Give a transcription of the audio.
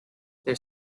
their